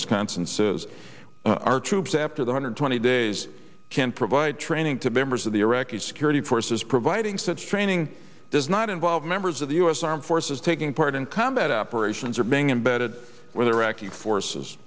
wisconsin says our troops after the hundred twenty days can provide training to members of the iraqi security forces providing since training does not involve members of the u s armed forces taking part in combat operations or being embedded with iraqi forces